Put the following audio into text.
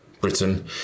Britain